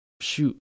shoot